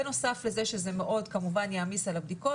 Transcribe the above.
בנוסף לזה שזה מאוד כמובן יעמיס על הבדיקות,